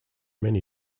many